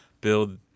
build